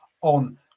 on